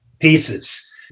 pieces